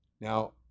Now